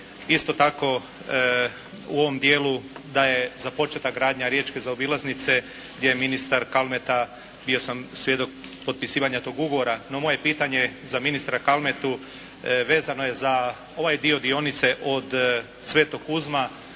Isto tako, u ovom dijelu da je započeta gradnja riječke zaobilaznice gdje je ministar Kalmeta, bio sam svjedok potpisivanja tog ugovora. No, moje je pitanje za ministra Kalmetu vezano je za ovaj dio dionice od Svetog Kuzma